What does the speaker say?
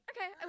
Okay